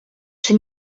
czy